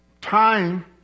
Time